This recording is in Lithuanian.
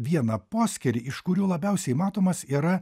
vieną poskyrį iš kurio labiausiai matomas yra